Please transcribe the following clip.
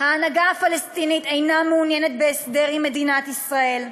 ההנהגה הפלסטינית אינה מעוניינת בהסדר עם מדינת ישראל.